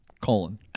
Colon